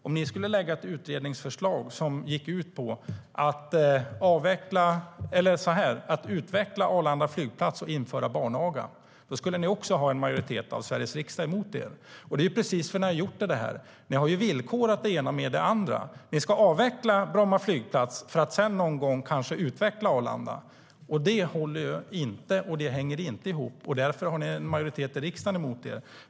Om ni skulle lägga fram ett utredningsförslag som går ut på att utveckla Arlanda flygplats och införa barnaga skulle ni också ha en majoritet av Sveriges riksdag mot er. Det är precis det som ni har gjort. Ni har villkorat det ena med det andra. Ni ska avveckla Bromma flygplats för att kanske sedan någon gång utveckla Arlanda. Det håller inte, och det hänger inte ihop. Därför har ni en majoritet i riksdagen emot er.